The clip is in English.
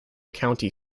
county